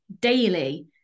daily